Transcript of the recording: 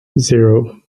zero